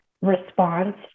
response